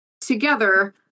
together